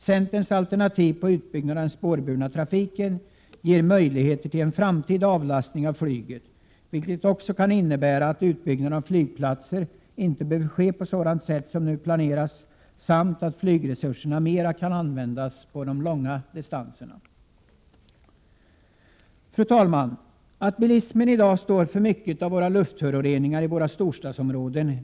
Centerns alternativ med utbyggnad av den spårburna trafiken ger möjlighet till en framtida avlastning av flyget, vilket också kan innebära att utbyggnaden av flygplatser ej behöver ske på sådant sätt som nu planeras samt att flygresurserna i ökad omfattning kan användas på långa distanser. Fru talman! Vi är väl alla medvetna om att bilismen står för mycket av luftföroreningarna i våra storstadsområden.